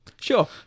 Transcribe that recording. Sure